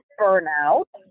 burnout